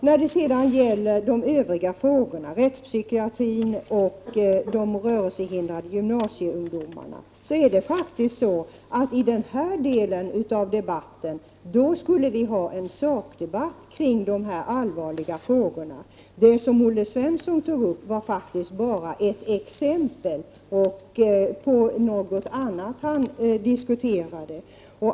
När det gäller rättspsykiatrin och de rörelsehindrade gymnasieungdomarna är det faktiskt så, att vi i den här delen av debatten skulle ha en sakdebatt kring dessa allvarliga frågor. Vad Olle Svensson tog upp var bara ett exempel på något annat som han diskuterade.